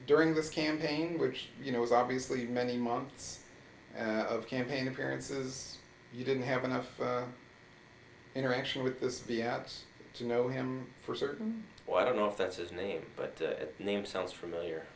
during this campaign which you know was obviously many months of campaign appearances you didn't have enough interaction with this b s you know him for certain well i don't know if that's his name but the name sounds familiar